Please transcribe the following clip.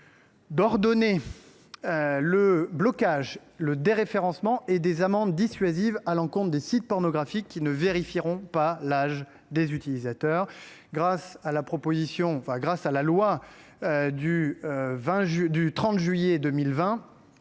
d’ordonner le blocage, le déréférencement et des amendes dissuasives à l’encontre des sites pornographiques qui ne vérifieront pas l’âge des utilisateurs. Grâce à la loi du 30 juillet 2020